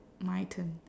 my turn